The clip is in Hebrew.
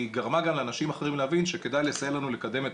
היא גרמה לאנשים אחרים להבין שכדאי לסייע לנו לקדם את